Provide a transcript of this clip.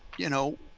you know,